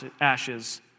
ashes